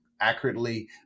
accurately